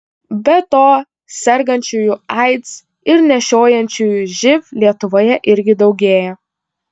be to sergančiųjų aids ir nešiojančiųjų živ lietuvoje irgi daugėja